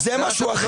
לא.